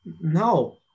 no